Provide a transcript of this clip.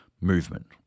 movement